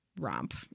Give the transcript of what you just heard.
romp